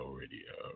radio